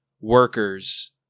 workers